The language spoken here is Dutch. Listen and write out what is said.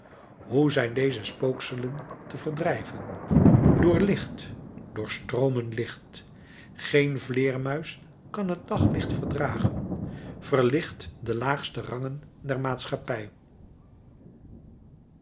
hoe zijn deze spookselen te verdrijven door licht door stroomen licht geen vleermuis kan het daglicht verdragen verlicht de laagste rangen der maatschappij